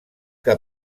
que